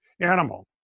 animal